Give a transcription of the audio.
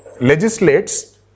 legislates